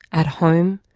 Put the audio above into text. at home,